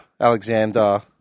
Alexander